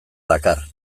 dakar